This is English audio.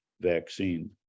vaccine